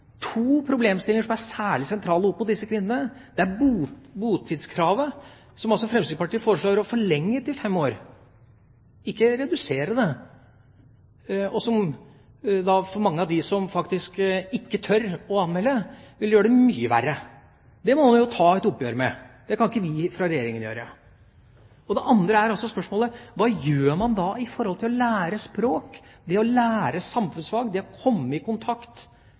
er botidskravet, som Fremskrittspartiet foreslår å forlenge til fem år – ikke redusere det – og som for mange av dem som ikke tør å anmelde, vil gjøre det mye verre. Det må en ta et oppgjør med, det kan ikke vi fra Regjeringa gjøre. Det andre er spørsmålet: Hva gjør man for å lære språk, lære samfunnsfag, komme i kontakt med norske offisielle myndigheter? Jeg syns det blir, med all respekt, noe for lettvint hvis man nå skal si at her er det